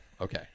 okay